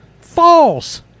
false